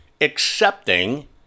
accepting